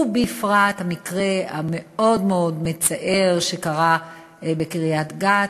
ובפרט המקרה המאוד-מאוד מצער שקרה בקריית-גת.